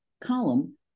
column